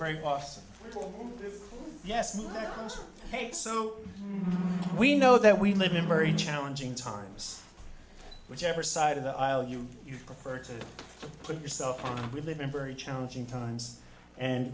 yes we know that we live in very challenging times whichever side of the aisle you prefer to put yourself on we live in very challenging times and